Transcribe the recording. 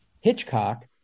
Hitchcock